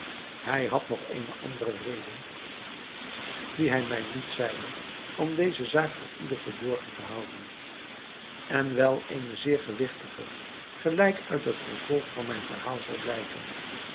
hij had nog eene andere reden die hij mij niet zeide om deze zaak voor ieder verborgen te houden en wel eene zeer gewigtige gelijk uit het vervolg van mijn verhaal zal blijken